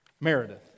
Meredith